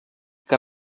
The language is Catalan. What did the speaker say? que